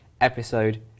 Episode